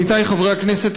עמיתי חברי הכנסת,